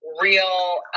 real